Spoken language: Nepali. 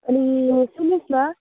अनि सुन्नुहोस् न